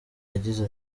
yagize